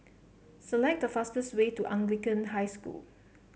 select the fastest way to Anglican High School